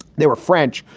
they were french,